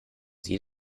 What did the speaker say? sie